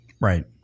Right